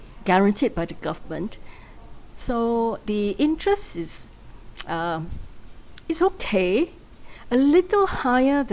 guaranteed by the government so the interest is um is okay a little higher than